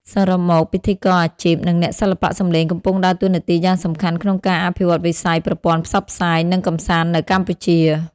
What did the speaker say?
សរុបមក ពិធីករអាជីព និងអ្នកសិល្បៈសំឡេងកំពុងដើរតួនាទីយ៉ាងសំខាន់ក្នុងការអភិវឌ្ឍវិស័យប្រព័ន្ធផ្សព្វផ្សាយ និងកម្សាន្តនៅកម្ពុជា។